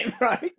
right